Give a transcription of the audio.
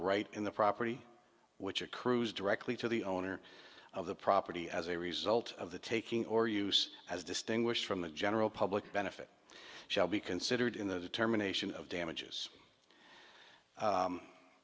right in the property which a cruise directly to the owner of the property as a result of the taking or use as distinguished from the general public benefit shall be considered in the determination of damages